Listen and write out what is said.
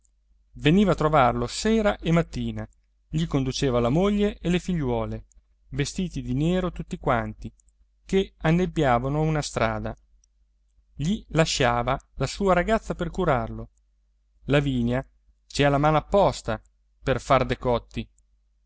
veniva a trovarlo sera e mattina gli conduceva la moglie e le figliuole vestiti di nero tutti quanti che annebbiavano una strada gli lasciava la sua ragazza per curarlo lavinia ci ha la mano apposta per far decotti